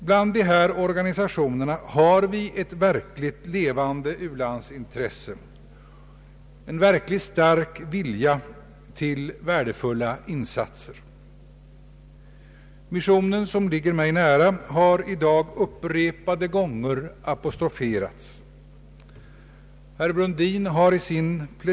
Bland dessa organisationer har vi ett verkligt levande u-landsintresse och en stark vilja till värdefulla insatser. Missionen, som ligger mig nära, har i dag upprepade gånger apostroferats.